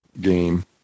game